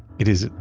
it is,